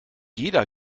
jeder